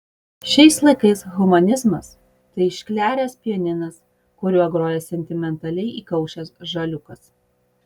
šiais laikais humanizmas tai iškleręs pianinas kuriuo groja sentimentaliai įkaušęs žaliūkas